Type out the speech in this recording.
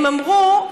הם אמרו,